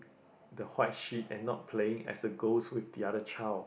the white sheet and not playing as a ghost with the other child